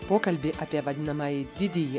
pokalbį apie vadinamąjį didįjį